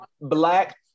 black